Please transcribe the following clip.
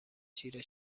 چیره